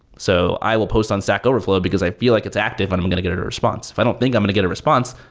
so i will post on stack overflow, because i feel like it's active and i'm going to get a response. if i don't think i'm going to get a response,